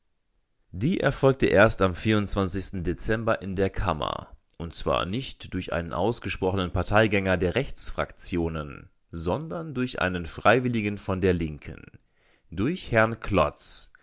die erfolgte erst am dezember in der kammer und zwar nicht durch einen ausgesprochenen parteigänger der rechtsfraktionen sondern durch einen freiwilligen von der linken durch herrn klotz